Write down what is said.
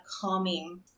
calming